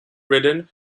ridden